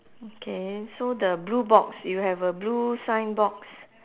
okay so the blue box you have a blue sign box